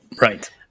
right